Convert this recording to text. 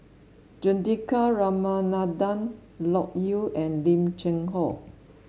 Juthika Ramanathan Loke Yew and Lim Cheng Hoe